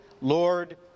Lord